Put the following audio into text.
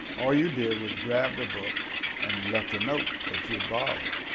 all you did was grabbed a book and left a note that you'd borrowed